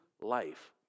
life